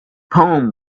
poem